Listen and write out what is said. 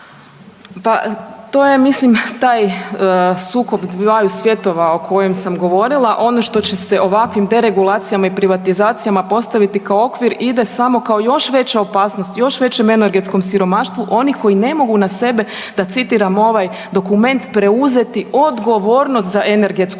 Pa to je ja mislim taj sukob dvaju svjetova o kojima sam govorila. Ono što će se ovakvim deregulacijama i privatizacijama postaviti kao okvir ide samo kao još veća opasnost, još većem energetskom siromaštvu onih koji ne mogu na sebe, da citiram ovaj dokument, preuzeti odgovornost za energetsku